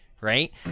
right